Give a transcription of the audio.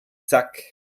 zack